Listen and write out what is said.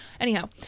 anyhow